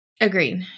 Agreed